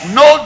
no